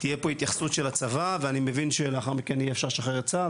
תהיה פה התייחסות של הצבא ואני מבין שלאחר מכן יהיה אפשר לשחרר את הצבא.